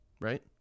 right